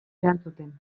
erantzuten